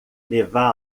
levá